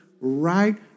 right